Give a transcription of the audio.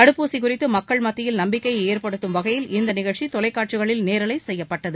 தடுப்பூசி குறித்து மக்கள் மத்தியில் நம்பிக்கையை ஏற்படுத்தும் வகையில் இந்த நிகழ்ச்சி தொலைக்காட்சிகளில் நேரலை செய்யப்பட்டது